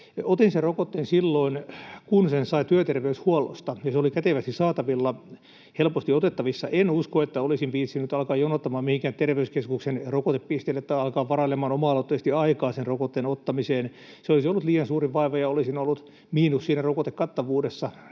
sen rokotteen silloin kun sen sai työterveyshuollosta ja se oli kätevästi saatavilla, helposti otettavissa. En usko, että olisin viitsinyt alkaa jonottamaan mihinkään terveyskeskuksen rokotepisteelle tai alkaa varailemaan oma-aloitteisesti aikaa sen rokotteen ottamiseen. Se olisi ollut liian suuri vaiva, ja olisin ollut miinus siinä rokotekattavuudessa.